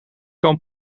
kan